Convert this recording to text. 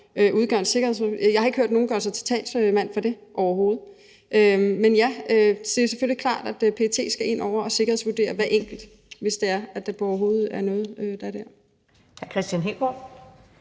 Jeg har ikke hørt nogen gøre sig til talsmand for det, overhovedet. Men det er selvfølgelig klart, at PET skal ind over og sikkerhedsvurdere hver enkelt, hvis det overhovedet er noget, der bliver